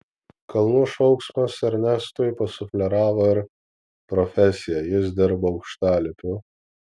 kalnų šauksmas ernestui pasufleravo ir profesiją jis dirbo aukštalipiu